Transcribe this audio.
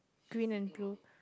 green and blue